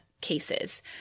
cases